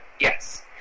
Yes